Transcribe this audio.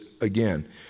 again